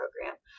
program